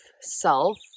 self